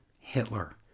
Hitler